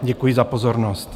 Děkuji za pozornost.